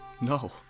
No